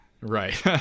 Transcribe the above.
right